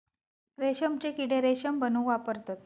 रेशमचे किडे रेशम बनवूक वापरतत